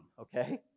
okay